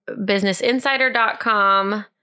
businessinsider.com